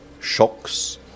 shocks